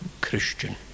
Christian